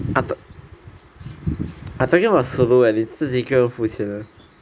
I talk~ I talking about solo eh 你自己一个人付钱的